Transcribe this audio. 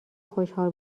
خشحال